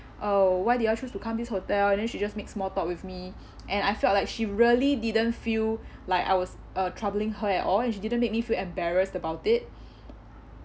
uh why did you all choose to come this hotel then she just makes small talk with me and I felt like she really didn't feel like I was uh troubling her at all she didn't make me feel embarrassed about it